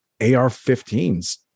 AR-15s